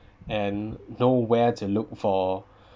and nowhere to look for